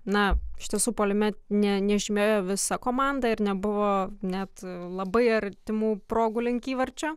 na iš tiesų puolime ne nežymėjo visą komandą ir nebuvo net labai artimų progų link įvarčio